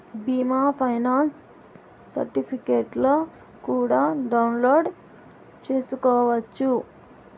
బీమా ఫైనాన్స్ సర్టిఫికెట్లు కూడా డౌన్లోడ్ చేసుకోవచ్చు